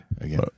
again